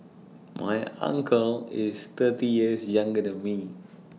my uncle is thirty years younger than me